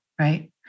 Right